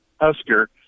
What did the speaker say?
Husker